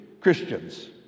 Christians